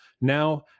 now